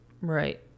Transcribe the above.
Right